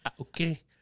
Okay